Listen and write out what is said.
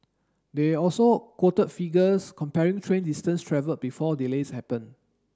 they also quoted figures comparing train distance travelled before delays happened